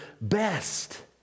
best